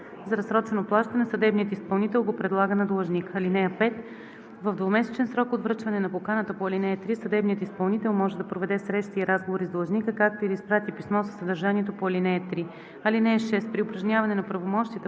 за разсрочено плащане съдебният изпълнител го предлага на длъжника. (5) В двумесечен срок от връчване на поканата по ал. 3 съдебният изпълнител може да проведе срещи и разговори с длъжника, както и да изпрати писмо със съдържанието по ал. 3. (6) При упражняване на правомощията